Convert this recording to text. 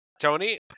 Tony